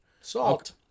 Salt